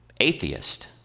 atheist